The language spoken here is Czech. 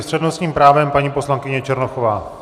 S přednostním právem paní poslankyně Černochová.